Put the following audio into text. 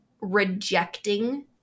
rejecting